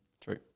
True